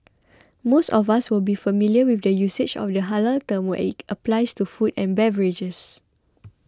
most of us will be familiar with the usage of the halal term when it applies to food and beverages